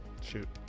Shoot